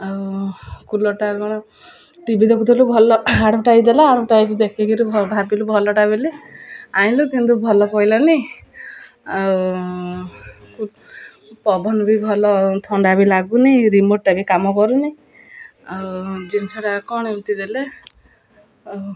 ଆଉ କୁଲର୍ଟା କ'ଣ ଟି ଭି ଦେଖୁଥିଲୁ ଭଲ ଆଡ଼ଭଟାଇଜ୍ ଦେଲା ଆଡ଼ଭଟାଇଜ୍ ଦେଖିକିରି ଭାବିଲୁ ଭଲଟା ବୋଲି ଆଣିଲୁ କିନ୍ତୁ ଭଲ ପଡ଼ିଲାନି ଆଉ ପବନ ବି ଭଲ ଥଣ୍ଡା ବି ଲାଗୁନି ରିମୋଟ୍ଟା ବି କାମ କରୁନି ଆଉ ଜିନିଷଟା କ'ଣ ଏମିତି ଦେଲେ ଆଉ